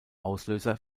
auslöser